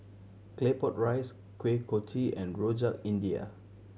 Claypot Rice Kuih Kochi and Rojak India